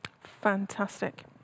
Fantastic